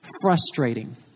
frustrating